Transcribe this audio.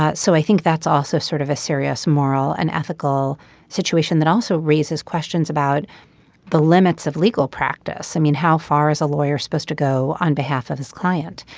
ah so i think that's also sort of a serious moral and ethical situation that also raises questions about the limits of legal practice. i mean how far is a lawyer supposed to go on behalf of his client.